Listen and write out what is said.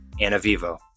Anavivo